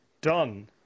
Done